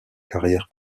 carrière